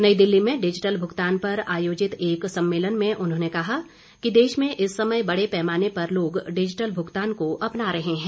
नई दिल्ली में डिजिटल भुगतान पर आयोजित एक सम्मेलन में उन्होंने कहा कि देश में इस समय बड़े पैमाने पर लोग डिजिटल मुगतान को अपना रहे हैं